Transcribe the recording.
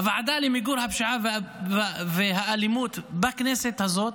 הוועדה למיגור הפשיעה והאלימות לא קמה בכנסת הזו.